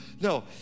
no